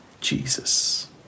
Jesus